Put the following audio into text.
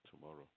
tomorrow